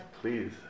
please